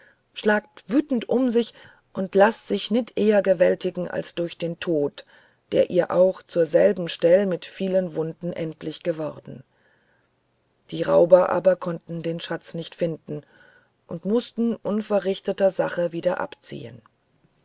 schlagt wüthend um sich und laßt sich nit ehr gewältigen als durch den tod der ihr auch zur selben stell mit vielen wunden endlich geworden die rauber aber konnten den schatz nicht finden und mußten unverrichteter sachen wieder abziehen